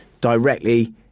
directly